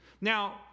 Now